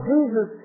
Jesus